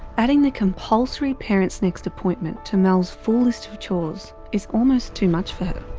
adding the compulsory parentsnext appointment to mel's full list of chores is almost too much for her.